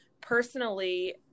personally